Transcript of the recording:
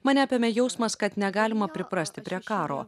mane apėmė jausmas kad negalima priprasti prie karo